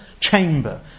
chamber